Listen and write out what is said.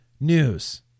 news